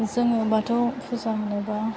जोङो बाथौ फुजा होनोबा